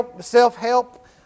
self-help